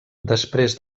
després